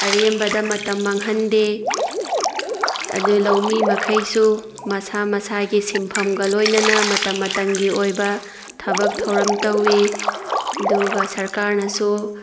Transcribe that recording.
ꯑꯔꯦꯝꯕꯗ ꯃꯇꯝ ꯃꯥꯡꯍꯟꯗꯦ ꯑꯗꯨꯗꯩ ꯂꯧꯃꯤ ꯃꯈꯩꯁꯨ ꯃꯁꯥ ꯃꯁꯥꯒꯤ ꯁꯤꯟꯐꯝꯒ ꯂꯣꯏꯅꯅ ꯃꯇꯝ ꯃꯇꯝꯒꯤ ꯑꯣꯏꯕ ꯊꯕꯛ ꯊꯧꯔꯝ ꯇꯧꯏ ꯑꯗꯨꯒ ꯁꯔꯀꯥꯔꯅꯁꯨ